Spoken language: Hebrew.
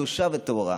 קדושה וטהורה.